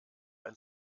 ein